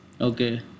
Okay